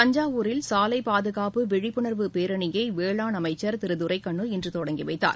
தஞ்சாவூரில் சாலை பாதுகாப்பு விழிப்புணர்வு பேரனியை வேளாண் அமைச்சர் திரு துரைகண்ணு இன்று தொடங்கி வைத்தார்